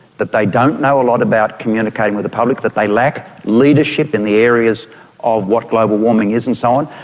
that they don't know a lot about communicating with the public, that they lack leadership in the areas of what global warming is and so on,